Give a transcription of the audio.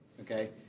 okay